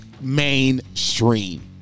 mainstream